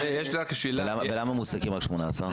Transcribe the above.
למה מועסקים רק 18?